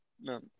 no